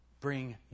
bring